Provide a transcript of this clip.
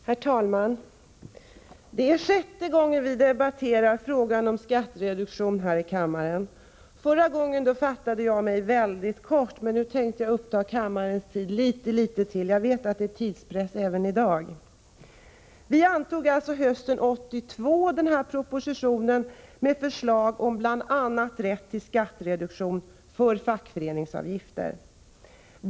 Herr talman! Det är sjätte gången som vi här i kammaren debatterar frågan om skattereduktion. Förra gången fattade jag mig mycket kort, men den här gången skall jag ta kammarens tid i anspråk litet längre, trots att jag vet att det är tidspress även i dag. Riksdagen antog hösten 1982 en proposition med förslag om bl.a. rätt till skattereduktion för fackföreningsavgift.